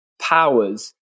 powers